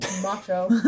Macho